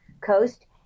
coast